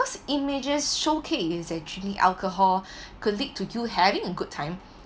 cause images showcase is actually alcohol could lead to you having a good time